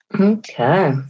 Okay